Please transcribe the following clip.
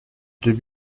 deux